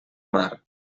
mar